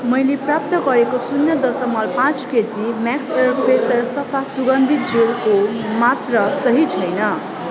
मैले प्राप्त गरेको शून्य दशमलव पाँच केजी म्याक्स एयरफ्रेस सफा सुगन्धित जेलको मात्रा सही छैन